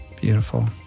Beautiful